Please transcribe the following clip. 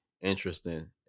interesting